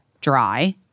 dry